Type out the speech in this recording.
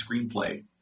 screenplay